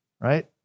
Right